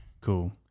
Cool